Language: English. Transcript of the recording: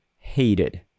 Hated